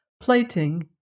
plating